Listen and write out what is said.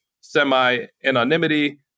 semi-anonymity